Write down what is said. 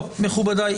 מכובדי,